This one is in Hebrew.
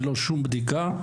ללא שום בדיקה.